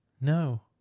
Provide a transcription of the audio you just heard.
No